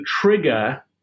trigger